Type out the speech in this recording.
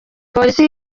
polisi